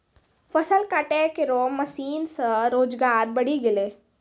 फसल काटै केरो मसीन सें रोजगार बढ़ी गेलै